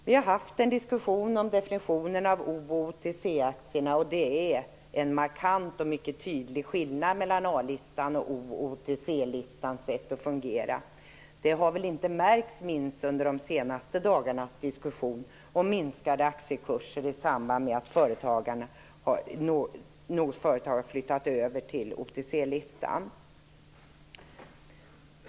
Vi har haft en diskussion om definitionen av O och OTC-aktierna, och det är en markant om mycket tydlig skillnad mellan A-listan och O och OTC listans sätt att fungera. Det har inte minst märkts under de senaste dagarnas diskussion om avtagande aktiekurser i samband med att några företag har flyttat över till OTC-listan.